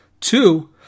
two